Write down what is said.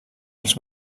els